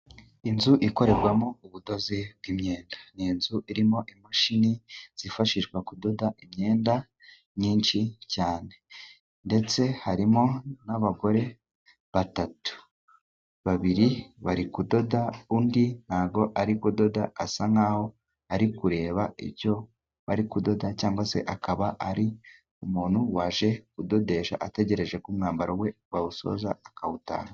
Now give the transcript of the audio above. Inzu ikorerwamo ubudozi bw'imyenda. Ni inzu irimo imashini zifashishwa mu kudoda imyenda myinshi cyane. Ndetse harimo n'abagore batatu, babiri bari kudoda, undi nta bwo ari kudoda, asa nk'aho ari kureba icyo bari kudoda, cyangwa se akaba ari umuntu waje kudodesha ategereje ko umwambaro we bawusoza akawutahana.